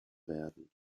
werden